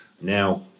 now